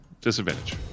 Disadvantage